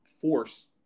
force